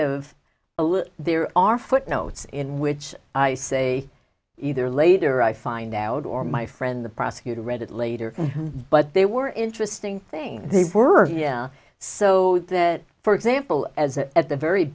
little there are footnotes in which i say either later i find out or my friend the prosecutor read it later but they were interesting things they were so that for example as a at the very